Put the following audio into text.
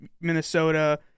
Minnesota